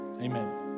amen